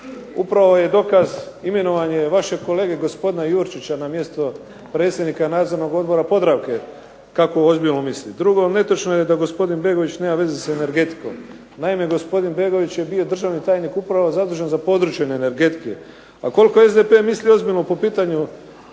Upravo je i dokaz imenovanje vašeg kolege gospodina Jurčića na mjesto predsjednika Nadzornog odbora Podravke kako ozbiljno misli. Drugo, netočno je da gospodin Begović nema veze sa energetikom. Naime, gospodin Begović je bio državni tajnik upravo zadužen za područje energetike. A koliko SDP misli ozbiljno po pitanju